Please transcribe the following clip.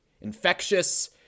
infectious